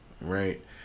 right